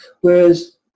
whereas